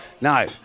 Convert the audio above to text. No